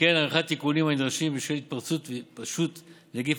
וכן עריכת תיקונים הנדרשים בשל התפרצות והתפשטות נגיף